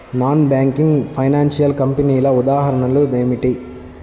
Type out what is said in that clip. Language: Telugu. నాన్ బ్యాంకింగ్ ఫైనాన్షియల్ కంపెనీల ఉదాహరణలు ఏమిటి?